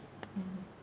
mm